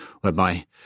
whereby